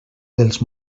dels